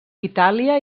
itàlia